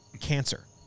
cancer